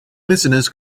listeners